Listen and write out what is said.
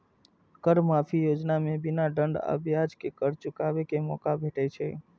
कर माफी योजना मे बिना दंड आ ब्याज के कर चुकाबै के मौका भेटै छै